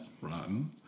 Rotten